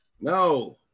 no